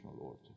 order